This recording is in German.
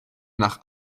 nach